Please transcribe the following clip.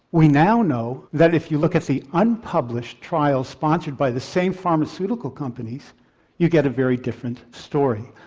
we now know that if you look at the unpublished trials sponsored by the same pharmaceutical companies you get a very different story.